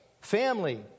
family